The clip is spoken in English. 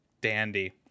dandy